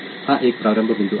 हा एक प्रारंभ बिंदू आहे